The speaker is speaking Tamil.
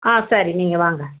ஆ சரி நீங்கள் வாங்க